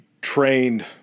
trained